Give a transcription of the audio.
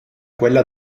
quella